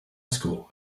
school